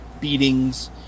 beatings